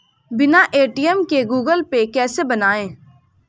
बिना ए.टी.एम के Google Pay कैसे बनायें?